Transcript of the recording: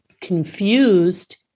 confused